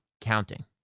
counting